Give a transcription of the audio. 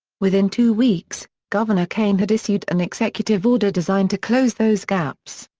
within two weeks, governor kaine had issued an executive order designed to close those gaps.